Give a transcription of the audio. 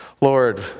Lord